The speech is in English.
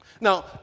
Now